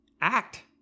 Act